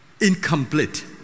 incomplete